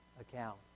account